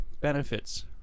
benefits